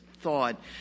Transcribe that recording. thought